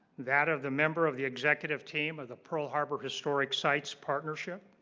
that of the member of the executive team of the pearl harbor historic sights partnership